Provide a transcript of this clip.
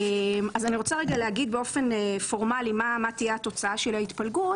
תוצאת ההתפלגות